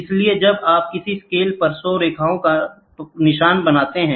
इसलिए जब आप किसी स्केल पर 100 रेखाओं का निशान बनाते हैं